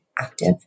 active